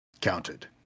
counted